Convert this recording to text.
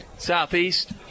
Southeast